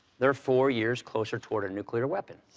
they're four years closer toward a nuclear weapon.